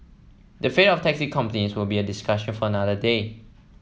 the fate of taxi companies will be a discussion for another day